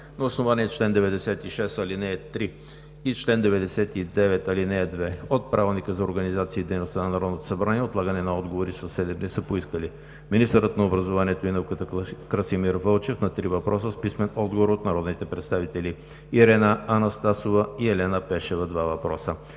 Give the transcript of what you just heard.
На основание чл. 96, ал. 3 и чл. 99, ал. 2 от Правилника за организацията и дейността на Народното събрание, отлагане на отговори със седем дни са поискали: - министърът на образованието и науката Красимир Вълчев – на три въпроса с писмен отговор от народните представители Ирена Анастасова; и Елена Пешева – два въпроса;